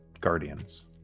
guardians